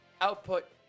output